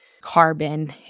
carbon